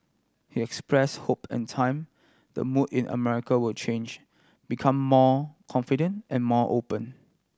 he expressed hope end time the mood in America will change become more confident and more open